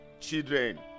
children